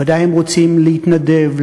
בוודאי הם רוצים להתנדב,